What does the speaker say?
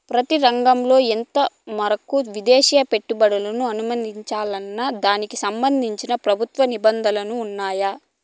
ప్రతి రంగంలో ఎంత మేరకు విదేశీ పెట్టుబడులను అనుమతించాలన్న దానికి సంబంధించి ప్రభుత్వ నిబంధనలు ఉన్నాయా?